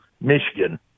Michigan –